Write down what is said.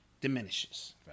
diminishes